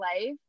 life